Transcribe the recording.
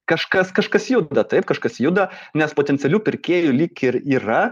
kažkas kažkas juda taip kažkas juda nes potencialių pirkėjų lyg ir yra